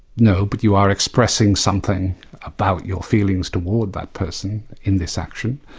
no. but you are expressing something about your feelings toward that person in this action.